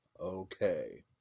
Okay